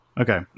Okay